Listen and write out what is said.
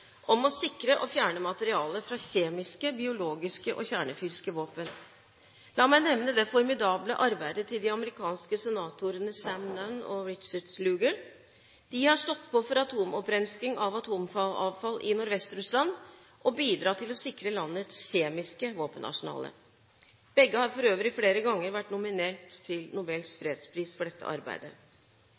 om å sikre og fjerne materiale fra kjemiske, biologiske og kjernefysiske våpen. La meg nevne det formidable arbeidet til de amerikanske senatorene Sam Nunn og Richard Lugar. De har stått på for atomopprenskning av atomavfall i Nordvest-Russland og bidratt til å sikre landets kjemiske våpenarsenal. Begge har for øvrig flere ganger vært nominert til Nobels fredspris for dette arbeidet.